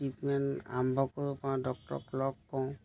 treatment আৰম্ভ কৰিব পাৰোঁ ডক্টৰক লগ কৰোঁ